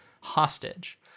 hostage